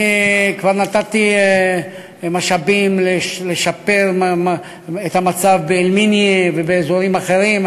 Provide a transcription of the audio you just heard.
אני כבר נתתי משאבים לשפר את המצב באל-מיניה ובאזורים אחרים,